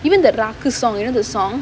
even the rakku song you know the song